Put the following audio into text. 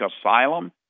asylum